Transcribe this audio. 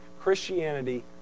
Christianity